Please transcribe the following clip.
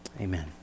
amen